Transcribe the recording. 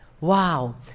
Wow